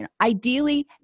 Ideally